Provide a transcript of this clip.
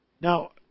Now